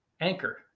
Anchor